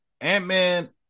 Ant-Man